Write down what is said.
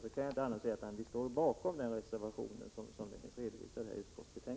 Jag kan inte säga annat än att vi ansluter oss till reservationen 6 till utskottsbetänkandet.